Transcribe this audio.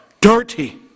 dirty